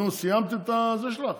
נו, סיימת את הזה שלך?